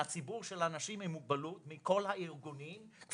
הקריאה היא מהציבור של אנשים עם מוגבלות מכל הארגונים שקוראים,